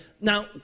Now